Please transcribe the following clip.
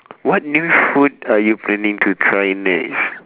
what new food are you planning to try next